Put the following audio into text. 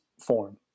form